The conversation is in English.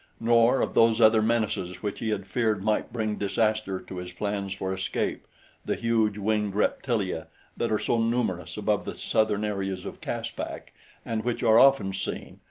nor of those other menaces which he had feared might bring disaster to his plans for escape the huge, winged reptilia that are so numerous above the southern areas of caspak and which are often seen,